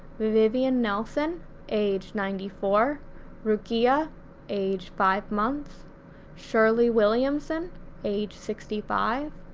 vivian nelson age ninety four rookiya age five months shirley williamson age sixty five,